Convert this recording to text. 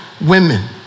women